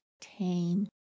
tame